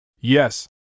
Yes